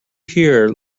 here